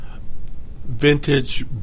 vintage